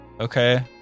Okay